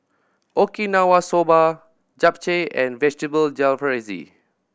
Okinawa Soba Japchae and Vegetable Jalfrezi